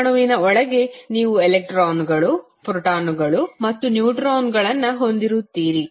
ಪರಮಾಣುವಿನ ಒಳಗೆ ನೀವು ಎಲೆಕ್ಟ್ರಾನ್ಗಳು ಪ್ರೋಟಾನ್ಗಳು ಮತ್ತು ನ್ಯೂಟ್ರಾನ್ಗಳನ್ನು ಹೊಂದಿರುತ್ತೀರಿ